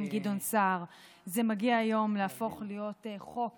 גדעון סער זה מגיע היום להפוך להיות חוק